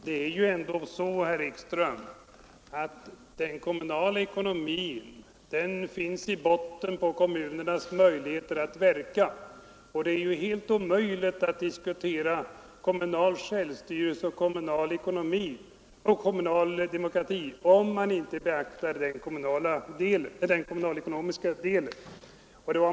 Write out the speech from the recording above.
Herr talman! Det är ändå så, herr Ekström, att den kommunala ekonomin finns i bottnen på kommunernas möjligheter att verka. Det är helt omöjligt att diskutera kommunal självstyrelse och kommunal demokrati, om man inte beaktar den kommunalekonomiska delen.